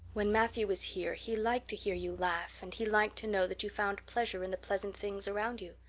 when matthew was here he liked to hear you laugh and he liked to know that you found pleasure in the pleasant things around you,